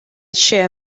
shear